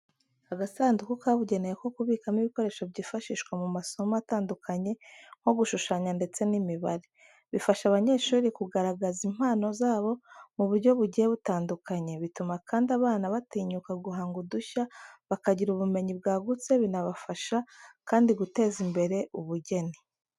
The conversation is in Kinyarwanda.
Agasanduku kabugenewe ko kubikamo ibikoresho byifashishwa mu masomo atandukanye nko gushushanya ndetse n'imibare. Bifasha abanyeshuri kugaragaza impano zabo mu buryo bugiye butandukanye, bituma kandi abana batinyuka guhanga udushya, bakagira ubumenyi bwagutse, binabafasha kandi guteza imbere ubugeni.